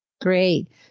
Great